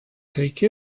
take